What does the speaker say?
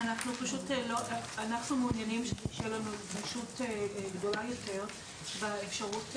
אנחנו מעוניינים שתהיה לנו גמישות גדולה יותר באפשרות,